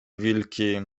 wilki